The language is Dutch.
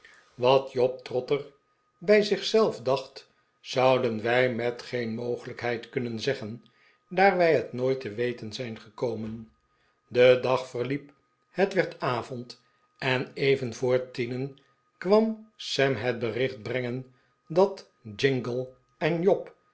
wat job trotter bij zich zelf dacht zouden wij met geen mogelijkheid kunnen zeggen daar wij het nooit te weten zijn gekomen de dag verliep het werd avond en even voor tienen kwam sam het bericht brengen dat jingle en job